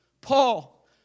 Paul